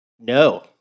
No